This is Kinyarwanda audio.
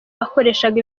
bakoreshaga